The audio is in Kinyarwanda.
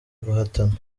guhatana